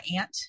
aunt